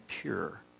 pure